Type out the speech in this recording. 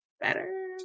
better